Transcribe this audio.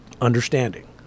understanding